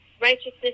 righteousness